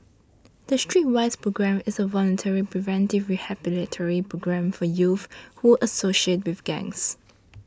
the Streetwise Programme is a voluntary preventive rehabilitative programme for youths who associate with gangs